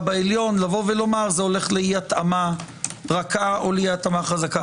בעליון לומר: זה הולך לאי התאמה רכה או חזקה.